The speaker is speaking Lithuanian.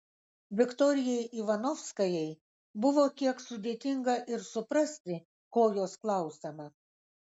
viktorijai ivanovskajai buvo kiek sudėtinga ir suprasti ko jos klausiama